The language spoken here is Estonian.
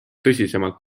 tõsisemalt